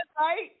right